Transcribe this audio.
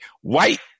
white